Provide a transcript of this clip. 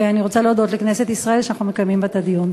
ואני רוצה להודות לכנסת ישראל שאנחנו מקיימים בה את הדיון.